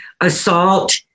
assault